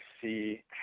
see